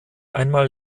einmal